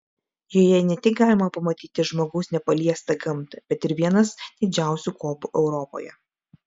joje ne tik galima pamatyti žmogaus nepaliestą gamtą bet ir vienas didžiausių kopų europoje